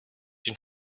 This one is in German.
den